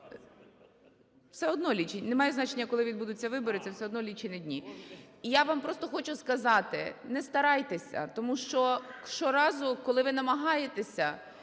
все одно лічені дні. І я вам просто хочу сказати, не старайтеся. Тому що щоразу, коли ви намагаєтеся